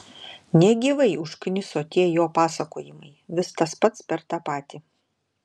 negyvai užkniso tie jo pasakojimai vis tas pats per tą patį